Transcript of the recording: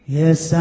yes